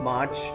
March